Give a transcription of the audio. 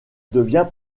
devient